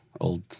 old